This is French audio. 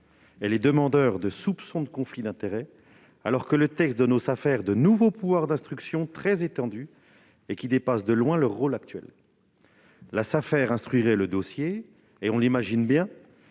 les demandeurs de soupçons de conflits d'intérêts, alors que le texte leur donne de nouveaux pouvoirs d'instruction très étendus, qui dépassent de loin leur rôle actuel. La Safer instruirait le dossier et, nous l'imaginons bien,